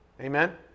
Amen